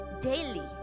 daily